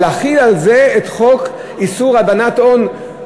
אבל להחיל על זה את חוק איסור הלבנת הון,